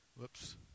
Whoops